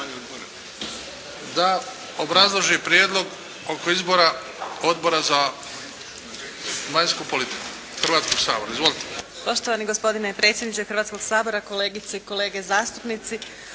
da obrazloži prijedlog oko izbora Odbora za vanjsku politiku Hrvatskoga sabora. Izvolite. **Majdenić, Nevenka (HDZ)** Poštovani gospodine predsjedniče Hrvatskoga sabora, kolegice i kolege zastupnici.